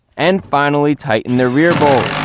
and finally tighten the rear bowl.